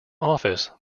office